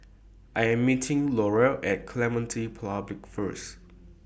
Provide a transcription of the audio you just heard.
I Am meeting Laurel At Clementi Public First